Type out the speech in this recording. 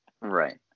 Right